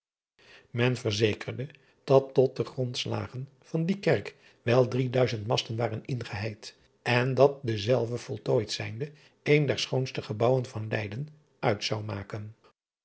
en verzekerde dat tot de grondslagen van die kerk wel drie duizend masten waren ingeheid en dat dezelve voltooid zijnde een der schoonste gebouwen van eyden uit zou maken